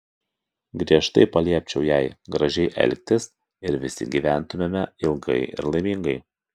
griežtai paliepčiau jai gražiai elgtis ir visi gyventumėme ilgai ir laimingai